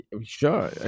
sure